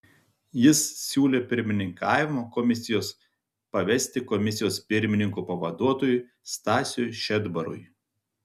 jis siūlė pirmininkavimą komisijos pavesti komisijos pirmininko pavaduotojui stasiui šedbarui